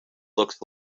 looks